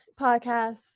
podcast